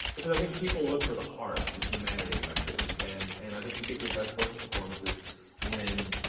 because i think people look for the heart, the humanity in records. and and i think you get your best vocal performances when,